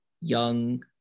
young